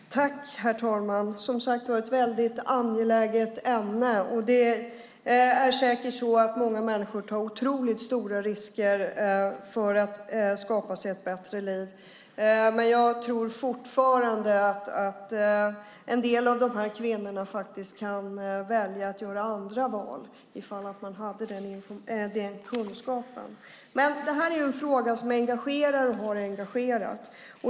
Herr talman! Detta är som sagt ett väldigt angeläget ämne. Det är säkert så att många människor tar otroligt stora risker för att skapa sig ett bättre liv, men jag tror fortfarande att en del av dessa kvinnor faktiskt kan göra andra val om de hade den kunskapen. Det här är en fråga som engagerar och har engagerat.